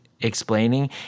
explaining